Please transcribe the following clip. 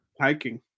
hiking